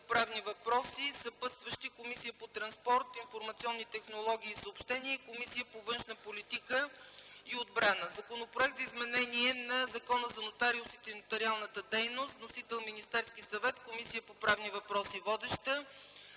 правни въпроси. Съпътстващи комисии – Комисията по транспорт, информационни технологии и съобщения и Комисията по външна политика и отбрана; - Законопроект за изменение на Закона за нотариусите и нотариалната дейност. Вносител – Министерският съвет. Водеща е Комисията по правни въпроси; -